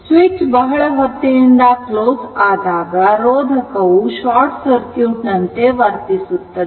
switch ಬಹಳ ಹೊತ್ತಿನಿಂದ close ಆದಾಗ ರೋಧಕವು ಶಾರ್ಟ್ ಸರ್ಕ್ಯೂಟ್ ನಂತೆ ವರ್ತಿಸುತ್ತದೆ